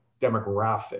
demographic